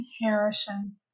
Harrison